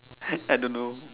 I don't know